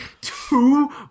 two